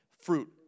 fruit